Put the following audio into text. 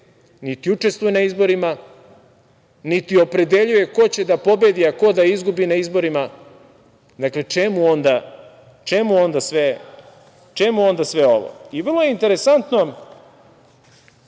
niti učestvuje na izborima, niti opredeljuje ko će da pobedi, a ko da izgubi na izborima. Dakle, čemu onda sve ovo? Vrlo je interesantno,